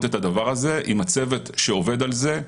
את הדבר הזה עם הצוות שעובד על זה.